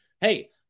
Hey